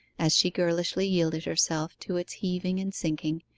as she girlishly yielded herself to its heaving and sinking,